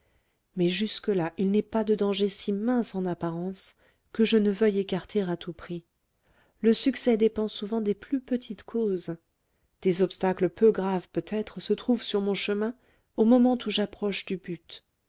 mais jusque-là il n'est pas de danger si mince en apparence que je ne veuille écarter à tout prix le succès dépend souvent des plus petites causes des obstacles peu graves peut-être se trouvent sur mon chemin au moment où j'approche du but